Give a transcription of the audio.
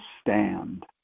stand